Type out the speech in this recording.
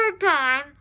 time